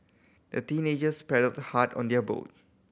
the teenagers paddled hard on their boat